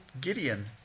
Gideon